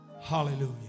Hallelujah